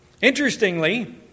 interestingly